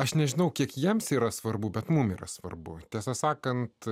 aš nežinau kiek jiems yra svarbu bet mums yra svarbu tiesą sakant